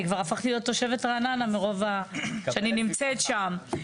אני כבר הפכתי להיות תושבת רעננה מרוב שאני נמצאת שם.